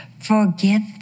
forgive